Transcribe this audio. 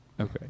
Okay